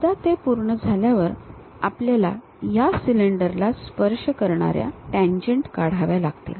एकदा ते पूर्ण झाल्यावर आपल्याला या सिलेंडरला स्पर्श करण्याऱ्या टँजेन्ट काढाव्या लागतील